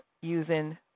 using